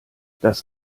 das